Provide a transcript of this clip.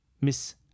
Miss